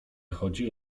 chodzi